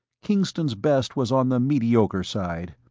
kingston's best was on the mediocre side.